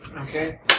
Okay